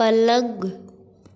पलंग